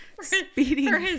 Speeding